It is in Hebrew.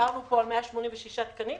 דיברנו פה על 186 תקנים,